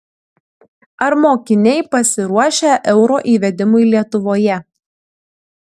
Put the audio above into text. ar mokiniai pasiruošę euro įvedimui lietuvoje